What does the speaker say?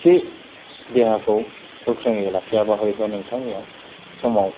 थि देहाखौ गोख्रोङै लाखियाबा हयथ' नोंथांनियाव समाव